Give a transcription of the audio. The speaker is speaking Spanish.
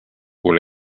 con